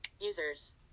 Users